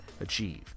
achieve